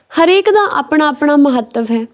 ਹਰੇਕ ਦਾ ਆਪਣਾ ਆਪਣਾ ਮਹੱਤਵ ਹੈ